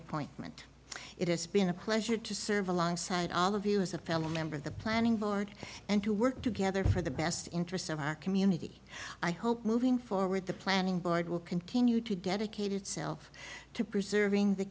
appointment it has been a pleasure to serve alongside all of you as a fellow member of the planning board and to work together for the best interest of our community i hope moving forward the planning board will continue to dedicate itself to preserving the